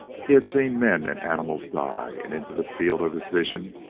he had seen men and animals die, and into the field of his vision,